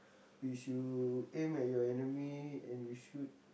which you aim at your enemy and you shoot